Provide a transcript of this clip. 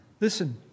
Listen